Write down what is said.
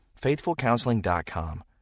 FaithfulCounseling.com